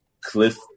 Cliff